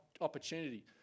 opportunity